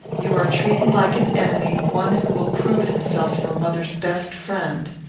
you are treating like an enemy one who will prove himself your mother's best friend.